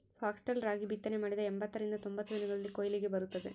foxtail ರಾಗಿ ಬಿತ್ತನೆ ಮಾಡಿದ ಎಂಬತ್ತರಿಂದ ತೊಂಬತ್ತು ದಿನಗಳಲ್ಲಿ ಕೊಯ್ಲಿಗೆ ಬರುತ್ತದೆ